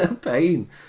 Pain